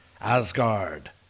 Asgard